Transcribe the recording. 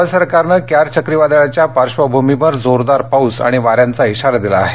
गोवा सरकारनं क्यार चक्रीवादळाच्या पार्श्वभूमीवर जोरदार पाऊस आणि वाऱ्यांचा इशारा दिला आहे